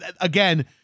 again